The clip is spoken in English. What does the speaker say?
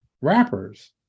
rappers